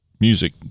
music